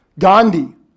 Gandhi